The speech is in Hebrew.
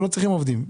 הם לא צריכים עובדים.